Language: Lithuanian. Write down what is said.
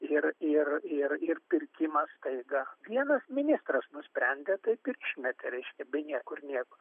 ir ir ir ir pirkimas staiga vienas ministras nusprendė taip išmetė reiškia be niekur nieko